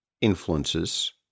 influences